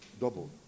doubled